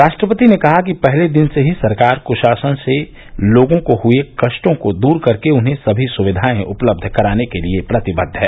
राष्ट्रपति ने कहा कि पहले दिन से ही सरकार कुशासन से लोगों को हुए कष्टों को दूर करके उन्हें सभी सुविधाएं उपलब्ध कराने के लिए प्रतिबद्व है